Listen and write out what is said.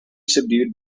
subdued